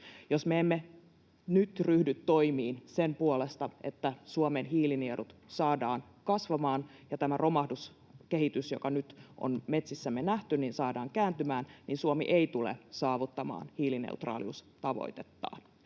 Jos me emme nyt ryhdy toimiin sen puolesta, että Suomen hiilinielut saadaan kasvamaan ja tämä romahduskehitys, joka nyt on metsissämme nähty, saadaan kääntymään, niin Suomi ei tule saavuttamaan hiilineutraaliustavoitettaan.